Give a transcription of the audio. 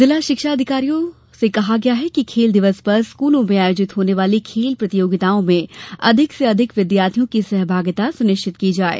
जिला शिक्षा अधिकारियों से कहा गया है कि खेल दिवस पर स्कूलों में आयोजित होने वाली खेल प्रतियोगिताओं में अधिक से अधिक से विद्यार्थियों की सहभागिता सुनिश्चित की जाये